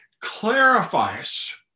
clarifies